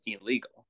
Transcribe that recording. illegal